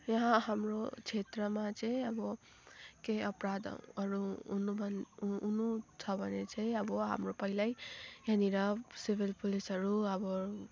यहाँ हाम्रो क्षेत्रमा चाहिँ अब केही अपराधहरू हुनु भन् हुनु छ भने चाहिँ अब हाम्रो पहिल्यै यहाँनिर सिभिल पुलिसहरू अब